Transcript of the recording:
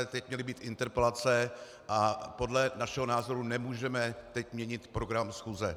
Teď měly být interpelace a podle našeho názoru nemůžeme teď měnit program schůze.